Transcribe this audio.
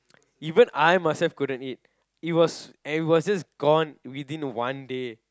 even I myself couldn't eat it was and it was just gone within one day